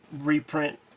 reprint